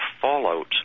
fallout